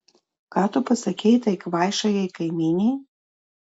ką tu pasakei tai kvaišajai kaimynei